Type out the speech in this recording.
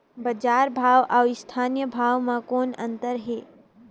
बजार भाव अउ स्थानीय भाव म कौन अन्तर हे?